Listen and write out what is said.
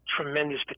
tremendous